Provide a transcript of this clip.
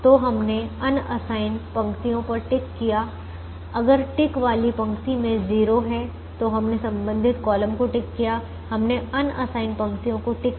तो हमने अनसाइन पंक्तियों पर टिक किया अगर टिक वाली पंक्ति में 0 है तो हमने संबंधित कॉलम को टिक किया हमने अनसाइन पंक्तियों को टिक किया